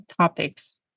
topics